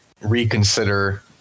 reconsider